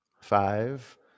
five